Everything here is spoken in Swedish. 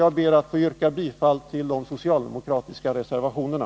Jag ber att få yrka bifall till de socialdemokratiska reservationerna.